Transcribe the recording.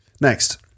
Next